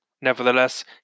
Nevertheless